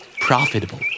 Profitable